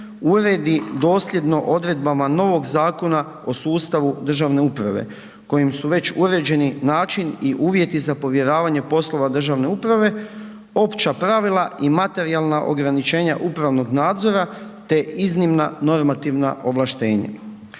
uredi dosljedno odredbama novog Zakona o sustavu državne uprave, kojim su već uređeni način i uvjeti za povjeravanje poslova državne uprave, opća pravila i materijalna ograničenja upravnog nadzora te iznimna normativna ovlaštenja.